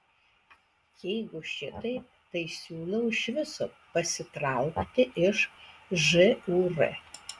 jeigu šitaip tai siūlau iš viso pasitraukti iš žūr